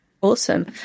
Awesome